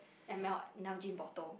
M_L Nalgene bottle